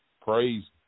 Praise